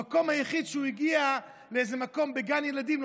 המקום היחיד שהוא הגיע זה איזה מקום בגן ילדים,